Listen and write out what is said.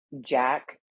jack